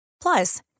Plus